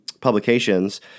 publications